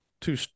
two